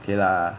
okay lah